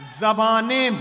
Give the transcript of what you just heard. Zabane